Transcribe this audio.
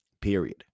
Period